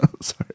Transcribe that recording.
Sorry